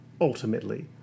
Ultimately